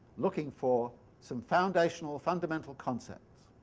looking for some foundational, fundamental concepts.